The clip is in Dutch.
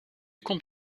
komt